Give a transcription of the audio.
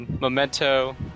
Memento